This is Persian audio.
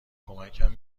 کمکم